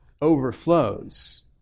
overflows